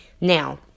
Now